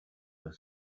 were